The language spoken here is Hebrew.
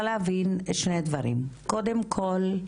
להבין שני דברים: קודם כל,